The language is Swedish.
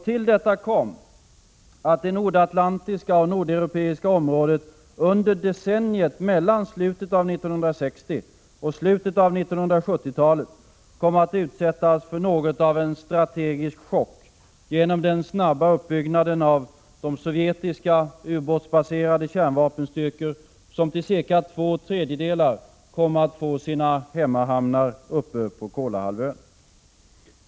Till detta kom, att det nordatlantiska och nordeuropeiska området under decenniet mellan slutet av 1960-talet och slutet av 1970-talet kom att utsättas för något av en strategisk chock genom den snabba uppbyggnaden av de sovjetiska ubåtsbaserade kärnvapenstyrkor som till cirka två tredjedelar kom att få sina hemmahamnar på Kolahalvön.